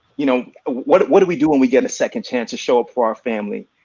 you know, what what do we do when we get a second chance to show up for our family?